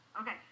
Okay